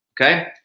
okay